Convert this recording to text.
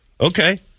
Okay